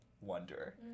wonder